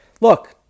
Look